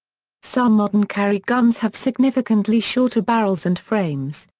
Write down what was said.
some modern carry guns have significantly shorter barrels and frames,